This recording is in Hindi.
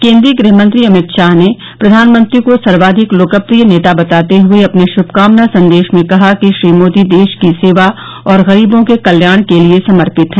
केन्द्रीय गृहमंत्री अमित शाह ने प्रधानमंत्री को सर्वाधिक लोकप्रिय नेता बताते हये अपने श्मकामना संदेश में कहा कि श्री मोदी देश की सेवा और गरीबों के कल्याण के लिए समर्पित हैं